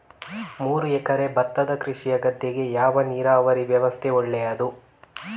ಮೂರು ಎಕರೆ ಭತ್ತದ ಕೃಷಿಯ ಗದ್ದೆಗೆ ಯಾವ ನೀರಾವರಿ ವ್ಯವಸ್ಥೆ ಒಳ್ಳೆಯದು?